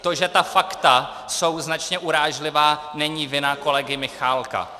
To, že ta fakta jsou značně urážlivá, není vina kolegy Michálka.